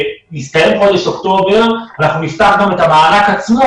יסתיים חודש אוקטובר ואנחנו נפתח גם את המענק עצמו